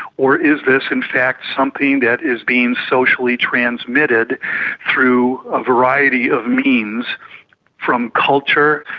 or is this in fact something that is being socially transmitted through a variety of means from culture,